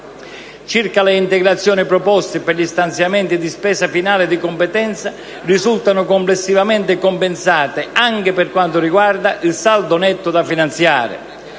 alle integrazioni proposte per gli stanziamenti di spese finali di competenza, esse risultano complessivamente compensate, anche per quanto riguarda il saldo netto da finanziare.